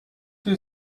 two